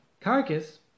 carcass